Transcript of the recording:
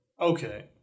Okay